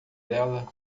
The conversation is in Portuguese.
dela